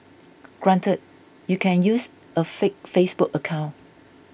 granted you can use a fake Facebook account